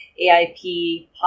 AIP